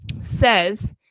says